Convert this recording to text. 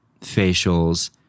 facials